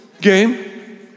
game